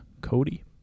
Cody